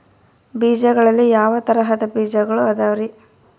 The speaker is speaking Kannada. ಬೇಜಗಳಲ್ಲಿ ಯಾವ ತರಹದ ಬೇಜಗಳು ಅದವರಿ?